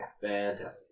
Fantastic